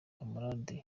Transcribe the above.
camarade